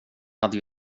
hade